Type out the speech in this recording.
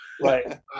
Right